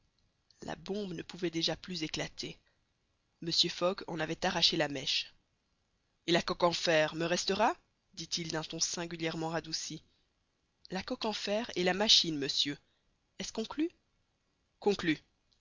la bombe ne pouvait déjà plus éclater mr fogg en avait arraché la mèche et la coque en fer me restera dit-il d'un ton singulièrement radouci la coque en fer et la machine monsieur est-ce conclu conclu